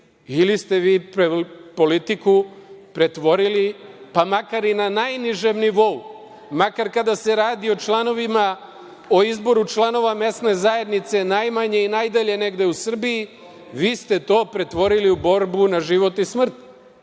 ili ste vi politiku pretvorili pa makar i na najnižem nivou, makar kada se radi o članovima, o izboru članova mesne zajednice najmanje i najdalje negde u Srbiji, vi ste to pretvorili u borbu na život i smrt.